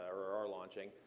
or are launching,